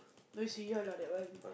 you say you love that one